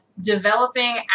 developing